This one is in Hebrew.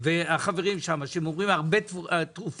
והחברים שמה, שהם אומרים הרבה תרופות